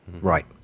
Right